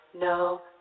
no